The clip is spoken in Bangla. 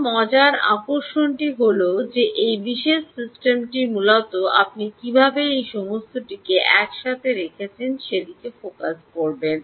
এখন মজার আকর্ষণীয় অংশটি হল এই বিশেষ সিস্টেমটি মূলত আপনি কীভাবে এই সমস্তকে একসাথে রেখেছেন সেদিকে ফোকাস করবে